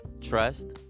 trust